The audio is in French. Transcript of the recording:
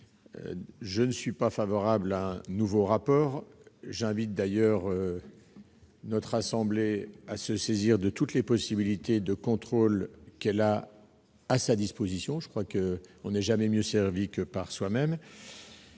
n'est pas favorable à un nouveau rapport. J'invite d'ailleurs notre assemblée à se saisir de toutes les possibilités de contrôle qui sont à sa disposition, car l'on n'est jamais mieux servi que par soi-même